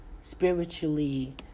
spiritually